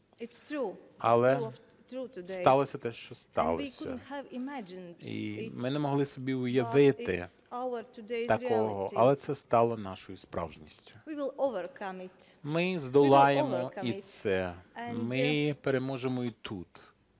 Але сталося те, що сталося, і ми не могли собі уявити такого, але це стало нашою справжністю. Ми здолаємо і це, ми переможемо і тут.